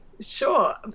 sure